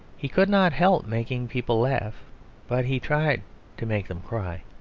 he could not help making people laugh but he tried to make them cry.